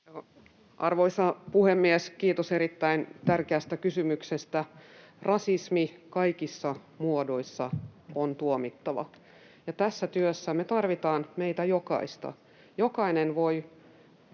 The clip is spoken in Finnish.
Arvoisa puhemies! Kiitos erittäin tärkeästä kysymyksestä. Rasismi kaikissa muodoissa on tuomittava, ja tässä työssä me tarvitaan meitä jokaista. Jokainen voi